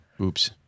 Oops